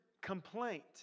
complaint